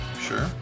Sure